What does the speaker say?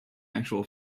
actual